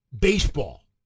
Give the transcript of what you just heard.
baseball